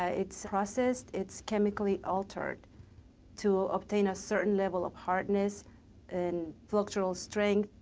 ah it's processed, it's chemically altered to obtain a certain level of hardness and virtual strength.